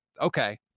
okay